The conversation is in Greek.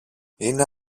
είναι